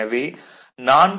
எனவே 4